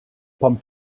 pommes